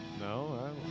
no